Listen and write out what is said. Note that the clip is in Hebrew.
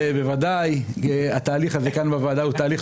בוודאי התהליך הזה כאן בוועדה הוא תהליך